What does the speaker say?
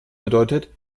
bedeutet